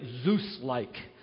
Zeus-like